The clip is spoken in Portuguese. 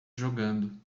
jogando